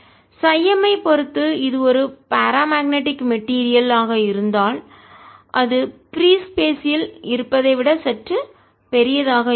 M ஐப் பொறுத்து இது ஒரு பாரா மேக்னெட்டிக் மெட்டீரியல் காந்தப் பொருளாக ஆக இருந்தால் அது பிரீ ஸ்பேஸ்இடத்தில் இல் இருப்பதை விட சற்று பெரியதாக இருக்கும்